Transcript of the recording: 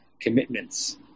commitments